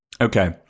Okay